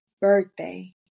birthday